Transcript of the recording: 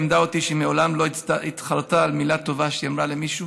היא לימדה אותי שמעולם לא התחרטה על מילה טובה שאמרה למישהו.